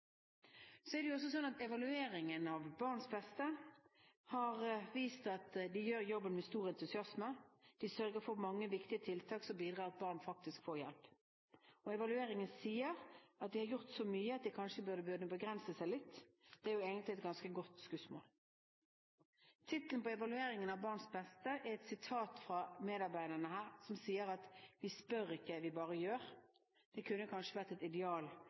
så mye at man kanskje bør begrense seg litt – det er jo egentlig et ganske godt skussmål. Tittelen på evalueringen av BarnsBeste er et sitat fra medarbeiderne: «Vi spør ikke, vi bare gjør». Det kunne kanskje vært et ideal